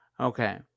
Okay